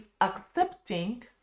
accepting